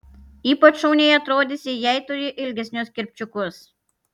ypač šauniai atrodysi jei turi ilgesnius kirpčiukus